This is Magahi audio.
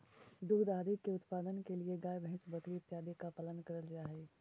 दुग्ध आदि के उत्पादन के लिए गाय भैंस बकरी इत्यादि का पालन करल जा हई